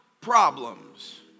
problems